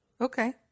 okay